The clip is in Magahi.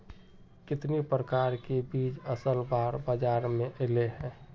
कितने प्रकार के बीज असल बार बाजार में ऐले है?